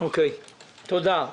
תודה.